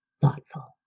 thoughtful